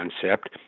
concept